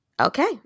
Okay